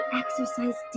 exercise